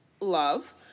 Love